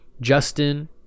justin